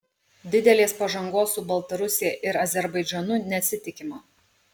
didelės pažangos su baltarusija ir azerbaidžanu nesitikima